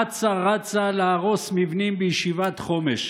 אצה-רצה להרוס מבנים בישיבת חומש.